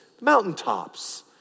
mountaintops